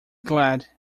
glad